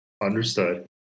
Understood